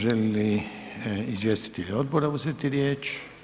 Žele li izvjestitelji odbora uzeti riječ?